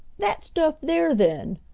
that stuff there, then,